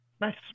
Nice